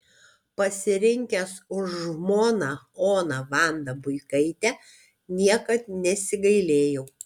pasirinkęs už žmoną oną vandą buikaitę niekad nesigailėjau